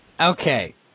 Okay